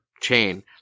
chain